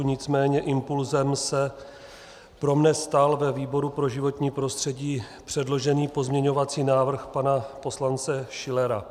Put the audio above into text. Nicméně impulsem se pro mne stal ve výboru pro životní prostředí předložený pozměňovací návrh pana poslance Schillera.